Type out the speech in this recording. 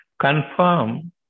confirm